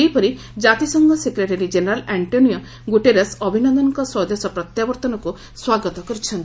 ସେହିପରି ଜାତିସଂଘ secretary general Antonio Guterres' ଅଭିନନ୍ଦନଙ୍କ ସ୍ୱଦେଶ ପ୍ରତ୍ୟାବର୍ତ୍ତନକୁ ସ୍ୱାଗତ କରିଚ୍ଛନ୍ତି